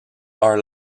are